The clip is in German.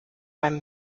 beim